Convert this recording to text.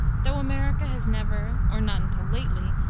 though america has never, or not until lately,